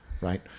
Right